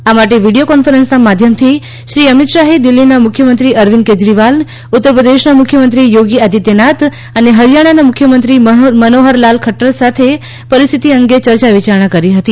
આ માટે વિડીયો કોન્ફરન્સનાં માધ્યમથી શ્રી અમીત શાહ દિલ્ઠીનાં મુખ્યમંત્રી અરવિંદ કેજરીવાલ ઉત્તરપ્રદેશનાં મુખ્યમંત્રી યોગી આદિત્યનાથ અને હરિયાણાની મુખ્યમંત્રી મનોહરલાલ ખફર સાથે પરિસ્થિતિ અંગે યર્ચા વિચારણા કરવામાં આવી